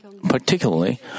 Particularly